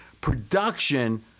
production